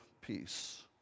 Peace